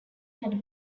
had